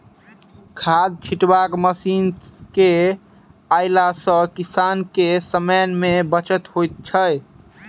खाद छिटबाक मशीन के अयला सॅ किसान के समय मे बचत होइत छै